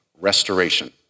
restoration